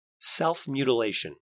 Self-mutilation